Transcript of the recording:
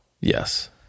Yes